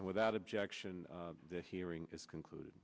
and without objection the hearing is concluded